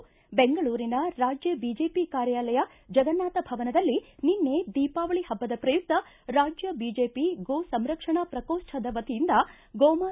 C ಬೆಂಗಳೂರಿನ ರಾಜ್ಯ BJP ಕಾರ್ಯಾಲಯ ಜಗನ್ನಾಥ ಭವನದಲ್ಲಿ ನಿನ್ನೆ ದೀಪಾವಳಿ ಹಬ್ಬದ ಪ್ರಯುಕ್ತ ರಾಜ್ಯ ಬಿಜೆಪಿ ಗೋ ಸಂರಕ್ಷಣಾ ಪ್ರಕೋಷ್ಠದ ವತಿಯಿಂದ ಗೋಮಾತೆ ಪೂಜೆ ಮಾಡಲಾಯಿತು